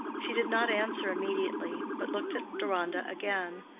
she did not answer immediately, but looked at deronda again,